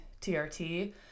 TRT